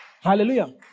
Hallelujah